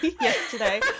yesterday